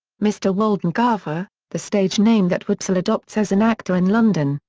mr. waldengarver, the stage name that wopsle adopts as an actor in london.